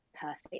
perfect